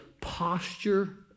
posture